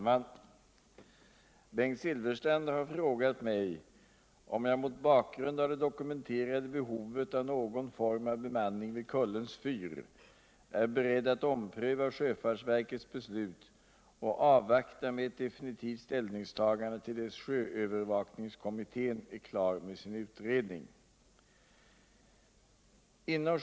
Enligt beslut av sjöfartsverket skall bemanningen vid Kullens fyr dras in den 1 januari 1979. Beslutet har från många håll betecknats som mycket olyckligt, eftersom fyrpersonalen utöver ren sjöövervakning utför ett flertal arbetsuppgifter vilka måste betraktas som oskattbara från samhällets synpunkt. Förhållandena vid Kullens fyr är på många sätt särpräglade. Fyrens övervakningsområde utgör en av världens livligast trafikerade farleder.